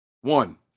One